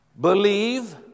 believe